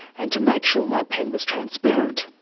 and to make sure my pen was transparent.